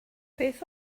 beth